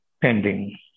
pending